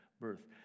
birth